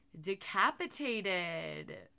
decapitated